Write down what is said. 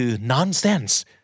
nonsense